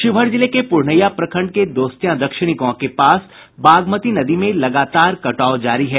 शिवहर जिले के पुरनहिया प्रखंड के दोस्तियां दक्षिणी गांव के पास बागमती नदी में लगातार कटाव जारी है